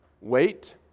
Wait